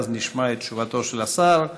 ואז נשמע את תשובתו של השר.